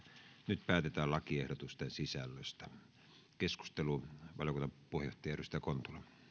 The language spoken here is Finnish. nyt päätetään lakiehdotusten sisällöstä valiokunnan puheenjohtaja edustaja